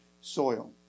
soil